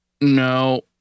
no